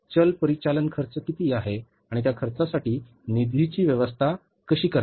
चल परिचालन खर्च किती आणि त्या खर्चासाठी निधीची व्यवस्था कशी करावी